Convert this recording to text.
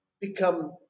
become